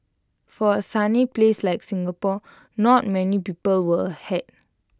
for A sunny place like Singapore not many people wear A hat